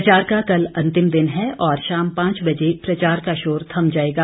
प्रचार का कल अंतिम दिन है और शाम पांच बजे प्रचार का शोर थम जाएगा